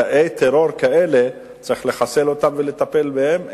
תאי טרור כאלה צריך לחסל ולטפל בהם,